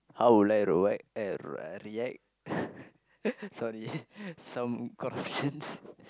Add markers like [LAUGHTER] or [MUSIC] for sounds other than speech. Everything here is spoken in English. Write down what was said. how would I eh react [LAUGHS] sorry some corruptions